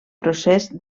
procés